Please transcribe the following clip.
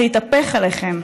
זה יתהפך עליכם.